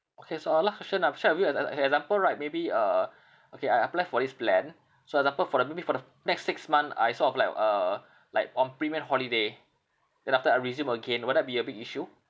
okay so last question I've shared with you as ex~ example right maybe uh okay I apply for this plan so example for the maybe for the next six month I sort of like uh like on premium holiday then after I resume again will that be a big issue